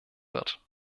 wird